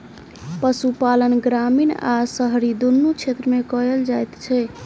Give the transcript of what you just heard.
पशुपालन ग्रामीण आ शहरी दुनू क्षेत्र मे कयल जाइत छै